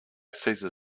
cesar